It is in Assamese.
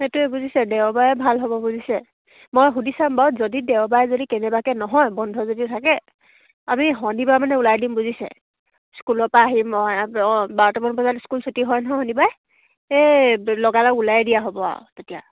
সেইটোৱে বুজিছে দেওবাৰে ভাল হ'ব বুজিছে মই সুধি চাম বাৰু যদি দেওবাৰে যদি কেনেবাকৈ নহয় বন্ধ যদি থাকে আমি শণিবাৰ মানে ওলাই দিম বুজিছে স্কুলৰ পৰা আহিম মই অঁ বাৰটামান বজাত স্কুল ছুটী হয় নহয় শণিবাৰে এই লগালগ ওলায়ে দিয়া হ'ব আৰু তেতিয়া